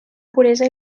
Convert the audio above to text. puresa